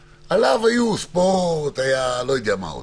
שבו היה ספורט ולא יודע מה עוד.